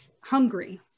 hungry